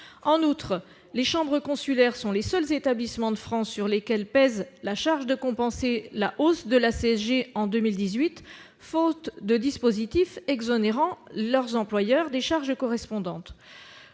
En outre, les chambres consulaires sont les seuls établissements de France sur lesquels pèse la charge de compenser la hausse de la CSG en 2018, faute de dispositif exonérant leurs employeurs des charges correspondantes.